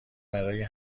برای